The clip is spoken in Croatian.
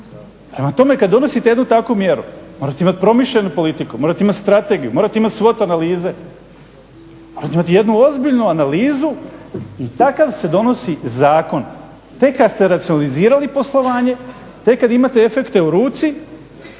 Prema tome, kad donosite jednu takvu mjeru, morate imati promišljenu politiku, morate imate strategiju, morate imati svod analize, morate imati jednu ozbiljnu analizu i takav se donosi zakon tek kad ste racionalizirali poslovanje, tek kad imate efekte u ruci